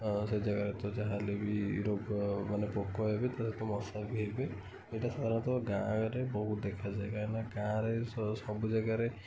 ସେଇ ଯାଗାରେ ତ ଯାହା ହେଲେ ବି ରୋଗମାନେ ପୋକ ହେବେ ମଶା ବି ହେବେ ଏଇଟା ସାଧାରଣତଃ ଗାଁରେ ବହୁତ ଦେଖାଯାଏ କାହିଁକି ନା ଗାଁରେ ସବୁ ଯାଗାରେ